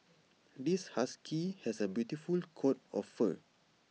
this husky has A beautiful coat of fur